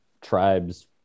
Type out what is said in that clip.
tribes